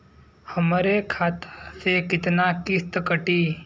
हमरे खाता से कितना किस्त कटी?